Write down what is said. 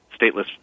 stateless